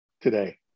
today